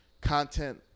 content